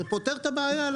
זה פותר את הבעיה.